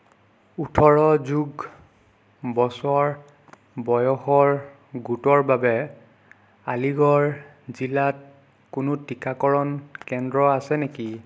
ওঠৰ যোগ বছৰ বয়সৰ গোটৰ বাবে আলিগড় জিলাত কোনো টীকাকৰণ কেন্দ্ৰ আছে নেকি